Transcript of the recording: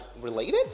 related